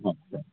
अच्छा